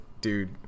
dude